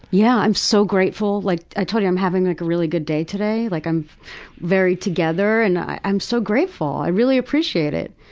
yeah i'm so grateful, like, i told you i'm having like a really good day today. like, i'm very together and i'm so grateful, i really appreciate it,